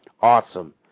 Awesome